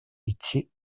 идти